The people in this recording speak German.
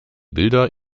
bilder